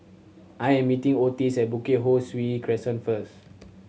I am meeting Otis at Bukit Ho Swee Crescent first